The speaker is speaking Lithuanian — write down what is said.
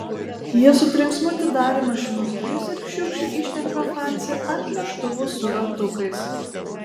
jie su trenksmu atidarė mašinos duris ir šiurkščiai ištempė francį ant neštuvų su ratukais